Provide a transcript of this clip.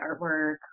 artwork